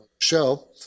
show